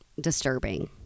disturbing